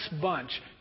Bunch